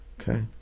Okay